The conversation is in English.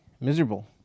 miserable